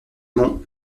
monts